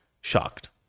Shocked